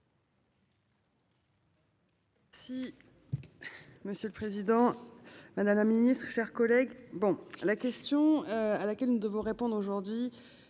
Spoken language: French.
Si. Monsieur le Président Madame la Ministre, chers collègues, bon la question à laquelle nous devons répondre aujourd'hui